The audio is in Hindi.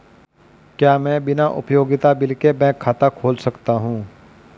क्या मैं बिना उपयोगिता बिल के बैंक खाता खोल सकता हूँ?